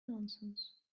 nonsense